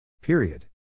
Period